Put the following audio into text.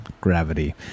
gravity